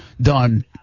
done